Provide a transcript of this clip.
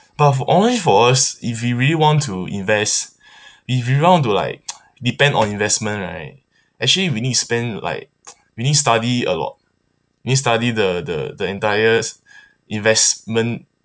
but for always for us if we really want to invest if we really want to like depend on investment right actually we need to spend like we need to study a lot we need to study the the the entire investment